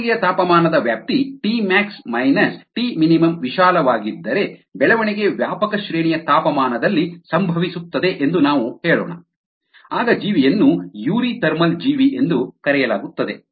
ಬೆಳವಣಿಗೆಯ ತಾಪಮಾನದ ವ್ಯಾಪ್ತಿ Tmax Tmin ವಿಶಾಲವಾಗಿದ್ದರೆ ಬೆಳವಣಿಗೆ ವ್ಯಾಪಕ ಶ್ರೇಣಿಯ ತಾಪಮಾನದಲ್ಲಿ ಸಂಭವಿಸುತ್ತದೆ ಎಂದು ನಾವು ಹೇಳೋಣ ಆಗ ಜೀವಿಯನ್ನು ಯೂರಿಥರ್ಮಲ್ ಜೀವಿ ಎಂದು ಕರೆಯಲಾಗುತ್ತದೆ